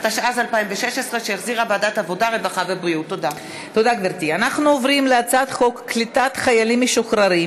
התשע"ז 2016 עברה בקריאה טרומית ועוברת לוועדת הכלכלה,